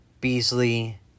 Beasley